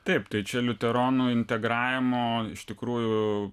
taip tai čia liuteronų integravimo iš tikrųjų